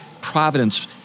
providence